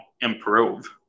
improve